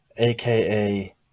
AKA